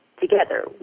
together